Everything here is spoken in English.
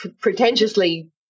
pretentiously